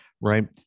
right